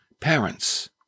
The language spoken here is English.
parents